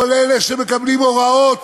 כל אלה שמקבלים הוראות